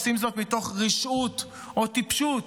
עושים זאת מתוך רשעות או טיפשות,